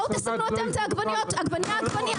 בואו תסמנו אתם את העגבניות עגבנייה עגבנייה,